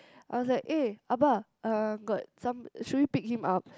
I was like eh abah uh got some should we pick him up